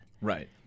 Right